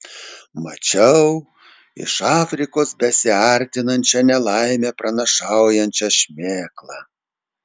mačiau iš afrikos besiartinančią nelaimę pranašaujančią šmėklą